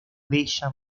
bella